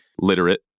literate